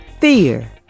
Fear